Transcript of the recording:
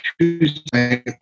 Tuesday